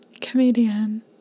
Comedian